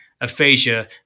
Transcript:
aphasia